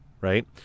Right